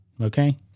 Okay